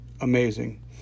amazing